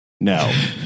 No